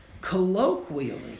Colloquially